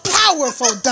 powerful